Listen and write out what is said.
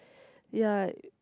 ya